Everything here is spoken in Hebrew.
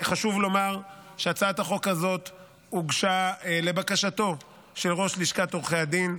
חשוב לומר שהצעת החוק הזאת הוגשה לבקשתו של ראש לשכת עורכי הדין.